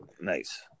Nice